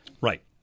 Right